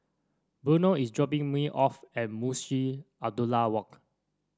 Bruno is dropping me off at Munshi Abdullah Walk